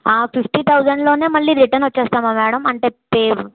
ఆ ఫిఫ్టీ థౌజండ్లోనే మళ్ళీ రిటర్న్ వచేస్తామా మేడం అంటే ప